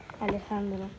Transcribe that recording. Alejandro